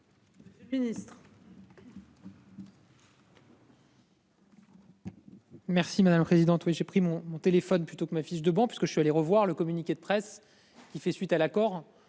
Monsieur le Ministre,